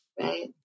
Right